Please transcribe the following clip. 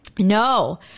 No